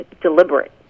deliberate